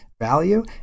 value